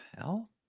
hell